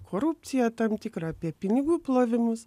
korupciją tam tikrą apie pinigų plovimus